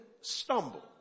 stumble